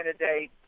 candidate